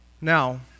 Now